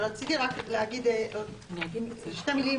רציתי רק להגיד שתי מילים,